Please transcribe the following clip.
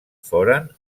foren